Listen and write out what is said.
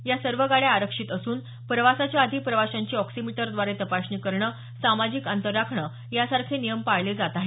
या सर्व गाड्या आरक्षित असून प्रवासाच्या आधी प्रवाशांची ऑक्सिमीटरद्वारे तपासणी करणं सामाजिक अंतर राखणं यासारखे नियम पाळले जात आहेत